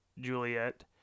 Juliet